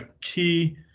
key